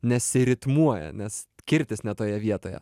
nesiritmuoja nes kirtis ne toje vietoje